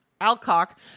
Alcock